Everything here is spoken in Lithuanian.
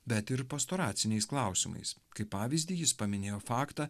bet ir pastoraciniais klausimais kaip pavyzdį jis paminėjo faktą